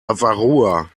avarua